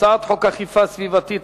הצעת חוק אכיפה סביבתית,